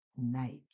night